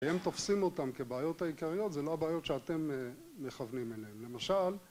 הם תופסים אותם כבעיות העיקריות, זה לא הבעיות שאתם מכוונים אליהן. למשל...